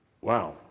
Wow